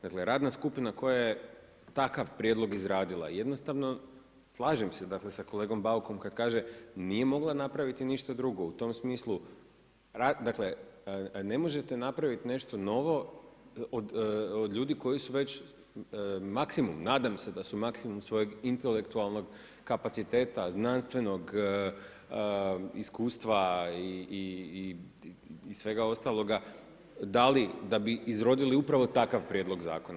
Dakle radna skupina koja je takav prijedlog izradila, jednostavno slažem se dakle sa kolegom Baukom kada kaže nije mogla napraviti ništa drugo u tom smislu, dakle ne možete napraviti nešto novo od ljudi koji su već maksimum, nadam se da su maksimum svojeg intelektualnog kapaciteta, znanstvenog iskustva i svega ostaloga dali da bi izroditi upravo takav prijedlog zakona.